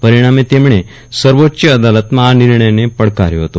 પરિષ્ઠામે તેમણે આજે સર્વોચ્ચ અદાલતમાં આ નિર્જ્ઞયને પડકાર્યો હતો